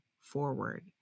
forward